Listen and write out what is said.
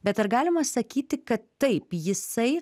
bet ar galima sakyti kad taip jisai